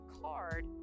card